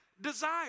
desire